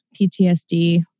PTSD